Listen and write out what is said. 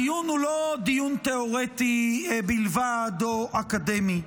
הדיון הוא לא דיון תיאורטי בלבד או אקדמי.